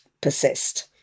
persist